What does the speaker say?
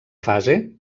fase